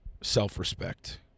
self-respect